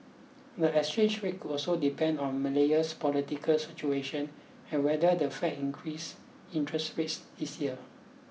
the exchange rate could also depend on Malaysia's political situation and whether the Fed increases interest rates this year